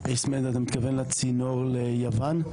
EastMed, אתה מדבר על הצינור ליוון?